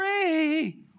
free